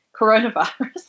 coronavirus